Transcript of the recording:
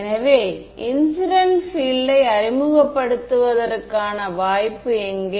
எனவே incident field யை அறிமுகப்படுத்துவதற்கான வாய்ப்பு எங்கே